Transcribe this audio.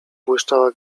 błyszczała